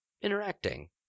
interacting